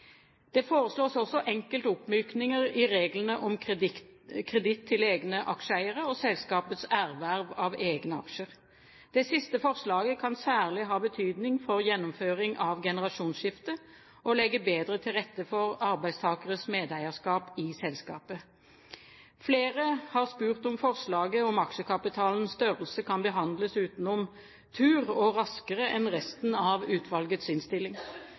Det foreslås også enkelte oppmykninger i reglene om kreditt til egne aksjeeiere og selskapets erverv av egne aksjer. Det siste forslaget kan særlig ha betydning for gjennomføring av generasjonsskifte og legge bedre til rette for arbeidstakeres medeierskap i selskapet. Flere har spurt om forslaget om aksjekapitalens størrelse kan behandles utenom tur og raskere enn resten av utvalgets innstilling.